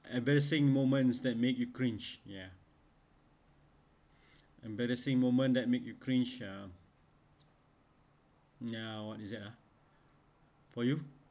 embarrassing moments that make you cringe ya embarrassing moment that make you cringe uh ya what is that ah for you